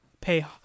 pay